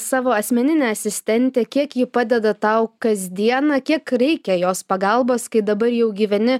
savo asmeninę asistentę kiek ji padeda tau kasdieną kiek reikia jos pagalbos kai dabar jau gyveni